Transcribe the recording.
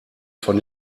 von